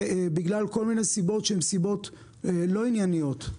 בגלל כל מיני סיבות שהן סיבות לא ענייניות,